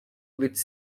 which